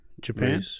Japan